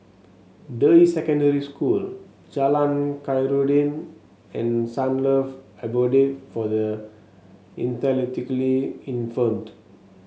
Deyi Secondary School Jalan Khairuddin and Sunlove Abode for the Intellectually Infirmed